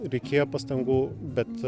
reikėjo pastangų bet